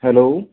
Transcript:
hello